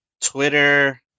Twitter